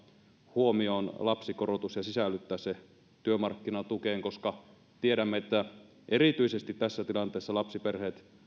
huomioon lapsikorotus ja sisällyttää se työmarkkinatukeen koska tiedämme että erityisesti tässä tilanteessa lapsiperheet